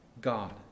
God